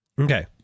Okay